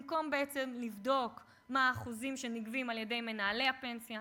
במקום בעצם לבדוק מה האחוזים שנגבים על-ידי מנהלי הפנסיה.